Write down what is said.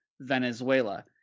Venezuela